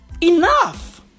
Enough